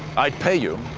i'd pay you.